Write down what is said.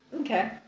Okay